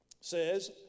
says